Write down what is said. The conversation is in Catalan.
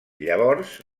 llavors